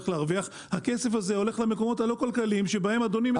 להרוויח הכסף הזה הולך למקומות לא כלכליים שאליהם אדוני מתכוון.